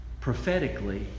prophetically